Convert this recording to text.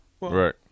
Right